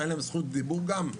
אין להם זכות דיבור גם?